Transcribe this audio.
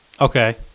Okay